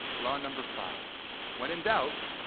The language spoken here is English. law number five when in doubt,